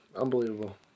Unbelievable